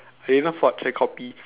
eh not forge eh copy